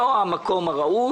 המקום הראוי,